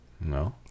No